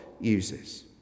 uses